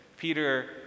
Peter